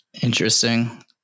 interesting